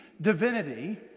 divinity